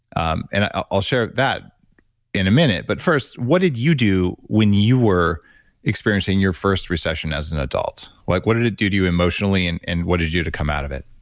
um and i'll share that in a minute. but first, what did you do when you were experiencing your first recession as an adult? like what did it do to you emotionally and and what did you do to come out of it?